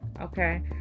Okay